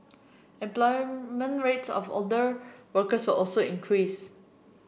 employment rates of older workers also increase